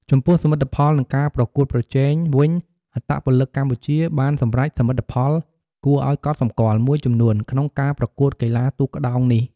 ចំពោះសមិទ្ធផល និងការប្រកួតប្រជែងវិញ អត្តពលិកកម្ពុជាបានសម្រេចសមិទ្ធផលគួរឲ្យកត់សម្គាល់មួយចំនួនក្នុងការប្រកួតកីឡាទូកក្ដោងនេះ។